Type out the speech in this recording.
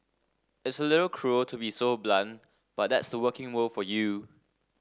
it's a little cruel to be so blunt but that's the working world for you